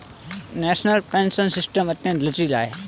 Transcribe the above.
national pension system अत्यंत लचीला है